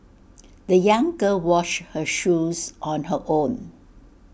the young girl washed her shoes on her own